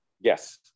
Yes